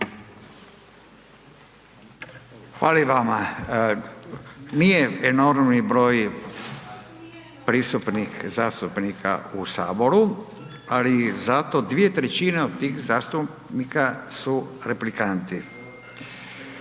Hvala i vama. Nije enormni broj prisutnih zastupnika u saboru, ali zato 2/3 od tih zastupnika su replikanti.